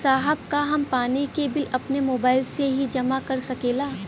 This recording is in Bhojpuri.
साहब का हम पानी के बिल अपने मोबाइल से ही जमा कर सकेला?